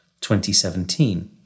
2017